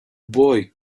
boy